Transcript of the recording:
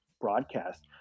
broadcast